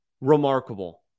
remarkable